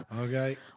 Okay